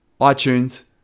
iTunes